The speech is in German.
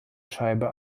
scheibe